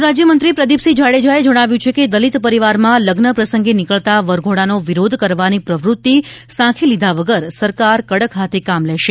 ગૃહ રાજ્યમંત્રી પ્રદિપસિંહ જાડેજાએ જણાવ્યું છે કે દલિત પરિવારમાં લગ્નપ્રસંગે નીકળતા વરઘોડાનો વિરોધ કરવાની પ્રવ્રત્તિ સાંખી લીધા વગર સરકાર કડક હાથે કામ લેશે